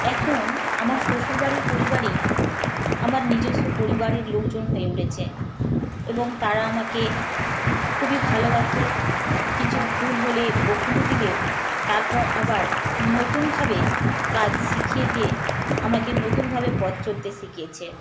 এখন আমার শ্বশুরবাড়ির পরিবারই আমার নিজস্ব পরিবারের লোকজন হয়ে উঠেছে এবং তারা আমাকে খুবই ভালোবাসে কিছু ভুল হলে বকুনি দিলেও তারপর আবার নতুনভাবে কাজ শিখিয়ে দিয়ে আমাকে নতুনভাবে পথ চলতে শিখিয়েছে